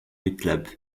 ütleb